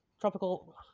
Tropical